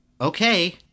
Okay